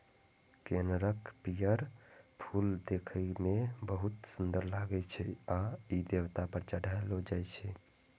कनेरक पीयर फूल देखै मे बहुत सुंदर लागै छै आ ई देवता पर चढ़ायलो जाइ छै